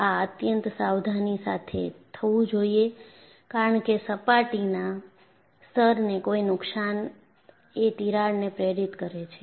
આ અત્યંત સાવધાની સાથે થવું જોઈએ કારણ કે સપાટીના સ્તરને કોઈ નુકસાન એ તિરાડને પ્રેરિત કરી શકે છે